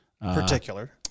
Particular